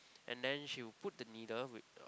and then she will put the needle with a